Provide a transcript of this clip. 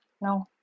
No